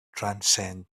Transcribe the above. transcend